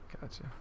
Gotcha